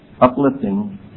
uplifting